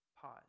Pause